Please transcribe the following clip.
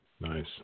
nice